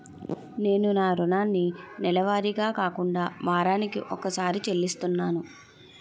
నేను నా రుణాన్ని నెలవారీగా కాకుండా వారాని కొక్కసారి చెల్లిస్తున్నాను